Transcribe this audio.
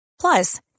Plus